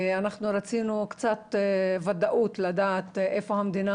רצינו קצת ודאות, לדעת היכן המדינה